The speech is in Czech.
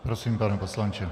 Prosím, pane poslanče.